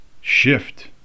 shift